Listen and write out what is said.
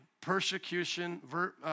persecution